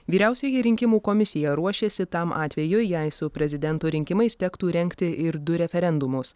vyriausioji rinkimų komisija ruošėsi tam atvejui jei su prezidento rinkimais tektų rengti ir du referendumus